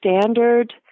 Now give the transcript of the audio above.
standard